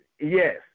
Yes